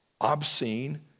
obscene